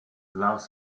lars